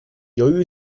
由于